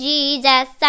Jesus